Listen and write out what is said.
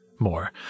more